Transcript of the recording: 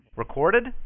Recorded